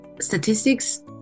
statistics